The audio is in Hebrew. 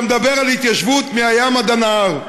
שמדבר על התיישבות מהים עד הנהר.